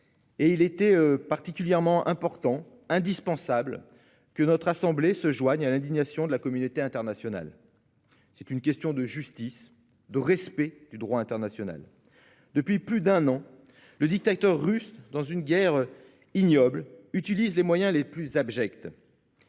Il était particulièrement indispensable que notre assemblée se joigne à l'indignation de la communauté internationale. C'est une question de justice et de respect du droit international ! Depuis plus d'un an, le dictateur russe, dans une guerre ignoble, utilise les moyens les plus abjects.